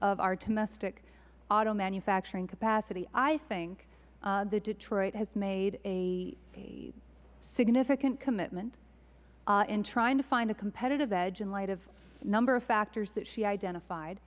domestic auto manufacturing capacity i think that detroit has made a significant commitment in trying to find a competitive edge in light of a number of factors that she identified